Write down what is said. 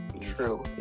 True